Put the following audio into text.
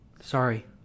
Sorry